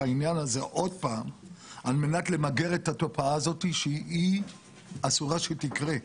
העניין הזה שוב על מנת למגר את התופעה הזאת שאסור שתקרה.